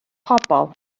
pobl